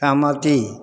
सहमति